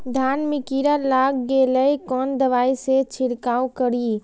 धान में कीरा लाग गेलेय कोन दवाई से छीरकाउ करी?